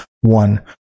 One